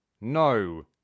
No